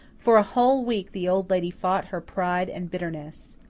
for a whole week the old lady fought her pride and bitterness.